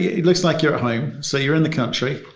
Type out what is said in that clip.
it looks like you're at home, so you're in the country.